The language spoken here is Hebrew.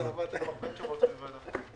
קיבלתם הרבה תשובות חיוביות.